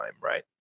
right